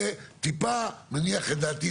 זה טיפה מניח את דעתי,